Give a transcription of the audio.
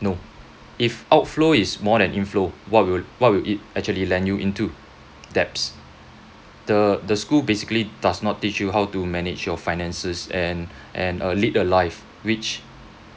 no if outflow is more than inflow what will what will it actually land you into debts the the school basically does not teach you how to manage your finances and and uh lead a life which